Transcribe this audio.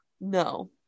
No